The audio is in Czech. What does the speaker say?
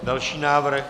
Další návrh.